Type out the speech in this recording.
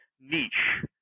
niche